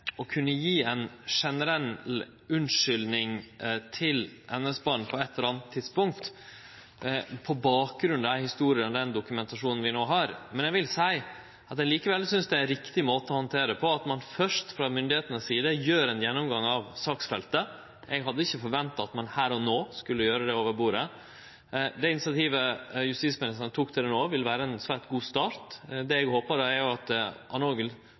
kunne gje ei generell unnskyldning til NS-barn på eitt eller anna tidspunkt på bakgrunn av dei historiene og den dokumentasjonen vi no har. Men eg vil seie at eg likevel synest det er riktig måte å handtere det på at ein først frå myndigheitenes side gjer ein gjennomgang av saksfeltet. Eg hadde ikkje forventa at ein skulle gjere det over bordet her og no. Det initiativet justisministeren tok no, vil vere ein svært god start. Eg håpar at han òg vil følgje opp det